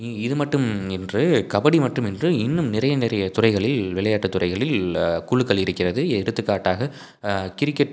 இ இது மட்டும் இன்று கபடி மட்டும் இன்று இன்றும் நிறைய நிறைய துறைகளில் விளையாட்டு துறைகளில் குழுக்கள் இருக்கிறது எடுத்துக்காட்டாக கிரிக்கெட்